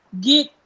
get